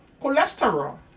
cholesterol